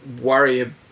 worry